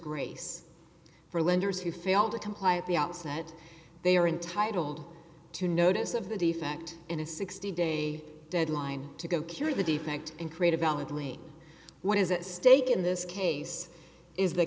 grace for lenders who fail to comply at the outset they are entitled to notice of the defect in a sixty day deadline to go cure the defect and create a valid link what is at stake in this case is the